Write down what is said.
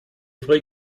vrai